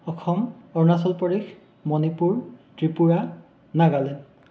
Assam Arunachal Pradesh Manipur Tripura Nagaland